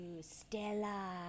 Stella